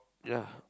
ya